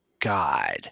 god